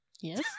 Yes